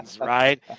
right